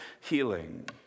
healing